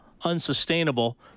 unsustainable